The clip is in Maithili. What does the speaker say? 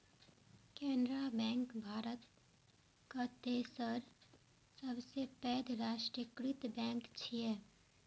केनरा बैंक भारतक तेसर सबसं पैघ राष्ट्रीयकृत बैंक छियै